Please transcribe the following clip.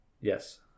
Yes